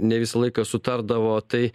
ne visą laiką sutardavo tai